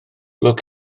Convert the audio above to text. lwc